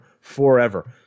forever